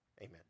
Amen